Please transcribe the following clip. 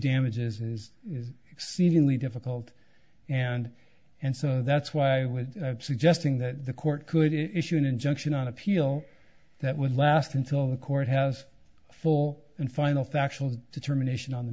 damages is exceedingly difficult and and so that's why we're suggesting that the court could issue an injunction on appeal that would last until the court has a full and final factual determination on the